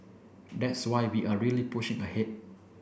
that's why we are really pushing ahead